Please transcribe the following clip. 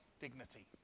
dignity